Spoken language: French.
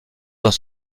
dans